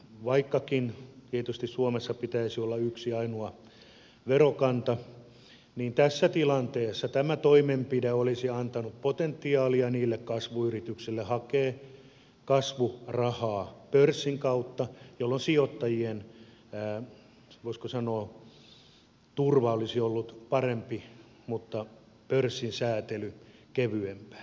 ja vaikkakin tietysti suomessa pitäisi olla yksi ainoa verokanta niin tässä tilanteessa tämä toimenpide olisi antanut potentiaalia niille kasvuyrityksille hakea kasvurahaa pörssin kautta jolloin sijoittajien voisiko sanoa turva olisi ollut parempi mutta pörssin säätely kevyempää